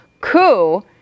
coup